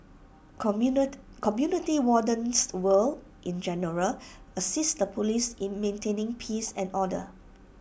community wardens will in general assist the Police in maintaining peace and order